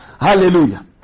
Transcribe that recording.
Hallelujah